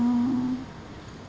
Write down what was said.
mm